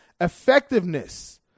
Effectiveness